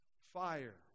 Fire